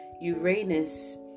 Uranus